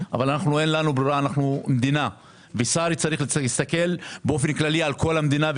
אבל אנחנו מדינה וצריך להסתכל באופן כללי על כל המדינה,